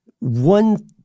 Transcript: One